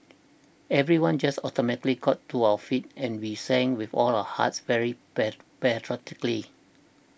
everyone just automatically got to our feet and we sang with all of our hearts very patriotically